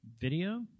video